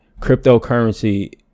Cryptocurrency